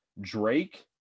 Drake